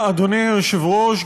אדוני היושב-ראש,